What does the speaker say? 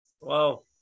Wow